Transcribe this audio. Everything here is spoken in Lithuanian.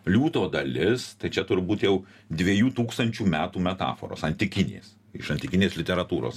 liūto dalis tai čia turbūt jau dviejų tūkstančių metų metaforos antikinės iš antikinės literatūros